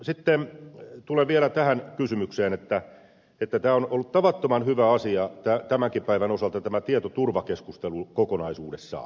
sitten tulen vielä tähän kysymykseen että on ollut tavattoman hyvä asia tämänkin päivän osalta tämä tietoturvakeskustelu kokonaisuudessaan